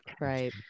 Right